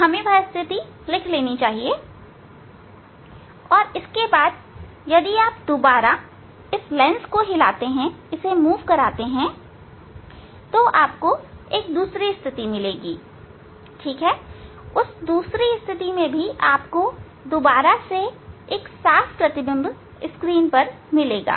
हमें वह स्थिति लिख लेनी है और इसके बाद यदि आप दोबारा इस लेंस को हिलाते हैं तो आपको एक दूसरी स्थिति मिलेगी उस दूसरी स्थिति के लिए भी आपको दोबारा साफ़ प्रतिबिंब स्क्रीन पर मिलेगा